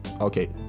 Okay